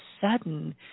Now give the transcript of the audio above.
sudden